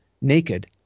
naked